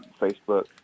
Facebook